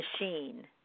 machine